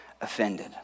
offended